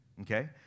okay